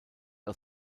aus